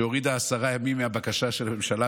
שהורידה עשרה ימים מהבקשה של הממשלה,